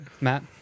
Matt